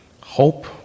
hope